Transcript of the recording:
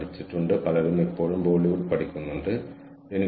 പക്ഷേ ഞങ്ങൾ ഇപ്പോൾ ക്ളൌഡിലെ അധ്യാപകരുമാണ്